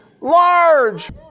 large